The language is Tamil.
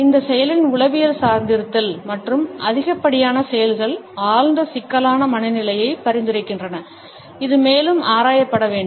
இந்த செயலின் உளவியல் சார்ந்திருத்தல் மற்றும் அதிகப்படியான செயல்கள் ஆழ்ந்த சிக்கலான மனநிலையை பரிந்துரைக்கின்றன இது மேலும் ஆராயப்பட வேண்டும்